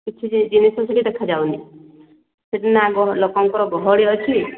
କିଛି ଜିନିଷ ସେଠି ଦେଖା ଯାଉନି ନା ସେଠି ଲୋକଙ୍କର ଗହଳି ଅଛି